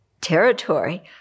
territory